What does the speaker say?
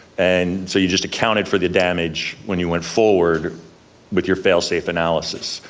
and so you just accounted for the damage when you went forward with your fail safe analysis.